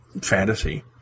fantasy